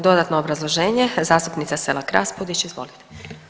Dodatno obrazloženje, zastupnica Selak Raspudić izvolite.